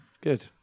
Good